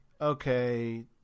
okay